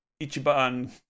Ichiban